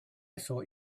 thought